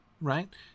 right